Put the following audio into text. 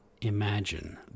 imagine